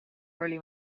early